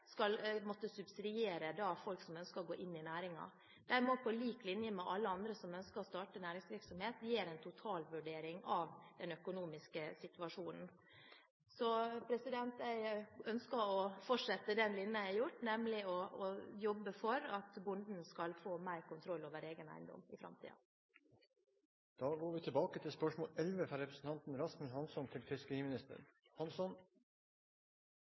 skal måtte subsidiere folk som ønsker å gå inn i næringen. De må på lik linje med alle andre som ønsker å starte næringsvirksomhet, gjøre en totalvurdering av den økonomiske situasjonen. Jeg ønsker å fortsette den linjen jeg har ligget på, nemlig å jobbe for at bonden skal få mer kontroll over egen eiendom i framtiden. Da går vi tilbake til spørsmål 11. Mitt spørsmål går til fiskeriministeren